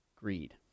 greed